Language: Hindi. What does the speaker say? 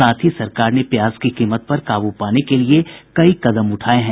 साथ ही सरकार ने प्याज की कीमत पर काबू पाने के लिए कई कदम उठाये हैं